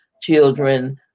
children